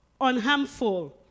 unharmful